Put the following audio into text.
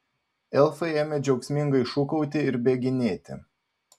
elfai ėmė džiaugsmingai šūkauti ir bėginėti